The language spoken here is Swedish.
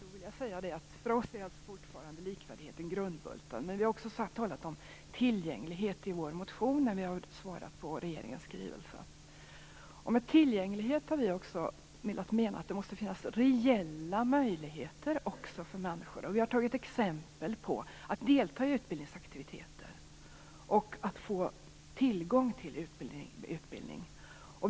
För oss är fortfarande likvärdigheten grundbulten, men vi har också talat om tillgänglighet i vår motion när vi har svarat på regeringens skrivelse. Med tillgänglighet har vi menat att det måste finnas reella möjligheter för människor. Vi har t.ex. tagit upp det här med att delta i utbildningsaktiviteter och få tillgång till utbildning.